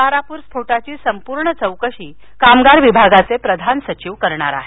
तारापूर स्फोटाची संपूर्ण चौकशी कामगार विभागाचे प्रधान सचिव करणार आहेत